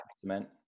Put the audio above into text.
cement